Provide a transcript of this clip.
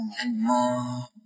anymore